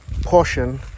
portion